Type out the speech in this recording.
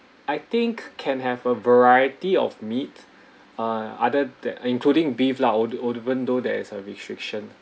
I think can have a variety of meat uh other than including beef lah or or even though there is a restriction